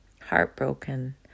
heartbroken